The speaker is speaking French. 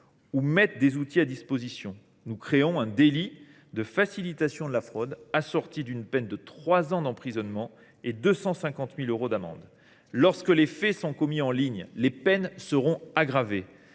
qui mettent des outils de fraude à disposition. Nous créons donc un délit de facilitation de la fraude, assorti d’une peine de trois ans d’emprisonnement et de 250 000 euros d’amende. Lorsque les faits sont commis en ligne, les peines sont aggravées.